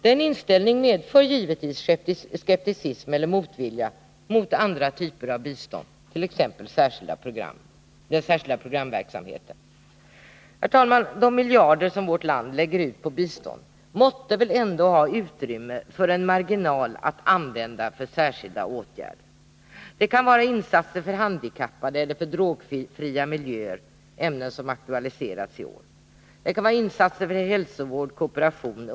Denna inställning medför givetvis skepticism eller motvilja mot andra typer av bistånd, t.ex. den särskilda programverksamheten. Fru talman! När det gäller de miljarder som vårt land lägger ut på bistånd måtte det väl ändå finnas en marginal för särskilda åtgärder. Det kan vara insatser för handikappade eller för drogfria miljöer — ämnen som har aktualiserats i år — det kan vara insatser för hälsovård. kooperation.